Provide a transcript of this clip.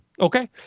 okay